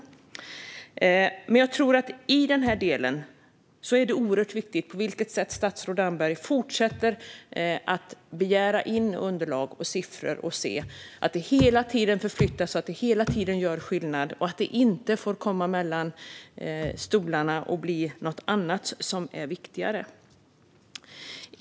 Jag tror att i den här delen är det oerhört viktigt att statsrådet Damberg fortsätter att begära in underlag och siffror för att se till att det hela tiden förflyttas så att det hela tiden gör skillnad. Det får inte falla mellan två stolar, och det får inte bli något annat som är viktigare.